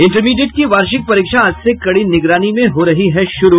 intermediate की वार्षिक परीक्षा आज से कड़ी निगरानी में हो रही है शुरू